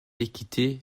l’équité